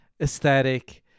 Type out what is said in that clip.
aesthetic